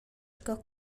sco